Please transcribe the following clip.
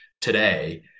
today